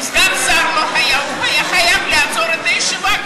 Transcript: אם סגן השר לא היה, הוא היה חייב לעצור את הישיבה.